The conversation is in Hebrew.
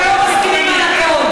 אנחנו לא מסכימים על הכול,